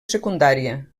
secundària